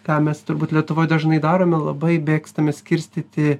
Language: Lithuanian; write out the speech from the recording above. ką mes turbūt lietuvoj dažnai darome labai mėgstame skirstyti